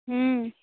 हूँ